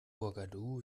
ouagadougou